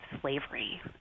slavery